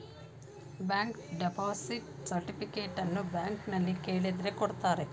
bank deposit ಸರ್ಟಿಫಿಕೇಟನ್ನು ಬ್ಯಾಂಕ್ನಲ್ಲಿ ಕೇಳಿದ್ರೆ ಕೊಡ್ತಾರೆ